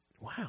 wow